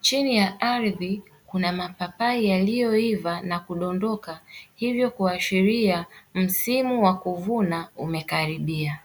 Chini ya ardhi kuna mapapai yaliyoiva na kuondoka, hivyo kuashiria msimu wa kuvuna umekaribia.